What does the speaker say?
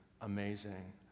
amazing